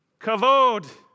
Kavod